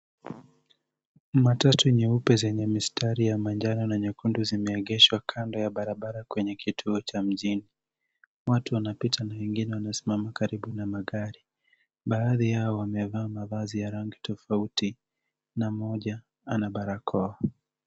Matatu nyeupe zenye mistari ya manjano na nyekundu zimeegeshwa kando ya barabara kwenye kituo cha mijini. Watu wanapita na wengine wamesimama karibu na magari. Baadhi yao wamevaa mavazi ya rangi tofauti na mmoja ana barakoa.